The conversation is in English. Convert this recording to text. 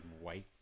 white